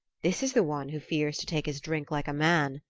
this is the one who fears to take his drink like a man.